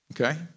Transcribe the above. okay